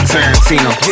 Tarantino